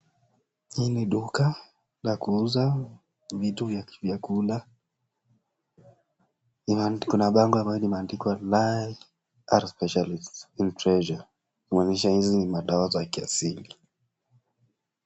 Hii ni duka la kuuza vitu vya kukula. Liko na bango ambalo limeandikwa Live specialists in treasure kumaanisha hizi ni madawa za kiasili.